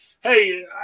hey